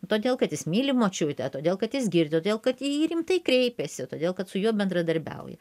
todėl kad jis myli močiutę todėl kad jis girdi todėl kad į jį rimtai kreipėsi todėl kad su juo bendradarbiauja